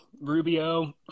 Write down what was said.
Rubio